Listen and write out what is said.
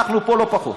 אנחנו פה לא פחות.